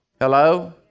Hello